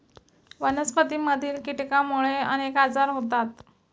वनस्पतींमधील कीटकांमुळे अनेक आजार होतात